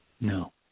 No